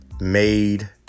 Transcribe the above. made